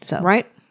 Right